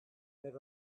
that